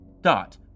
dot